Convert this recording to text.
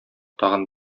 тагын